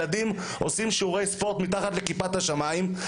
ילדים עושים שיעורי ספורט מתחת לכיפת השמיים,